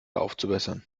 aufzubessern